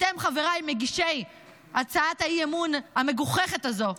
אתם, חבריי, מגישי הצעת האי-אמון המגוחכת הזו,